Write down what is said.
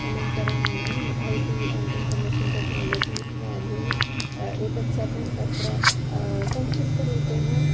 अनन्तरं I T and information technology news एतत् सर्वं तत्र संक्षिप्तरूपेण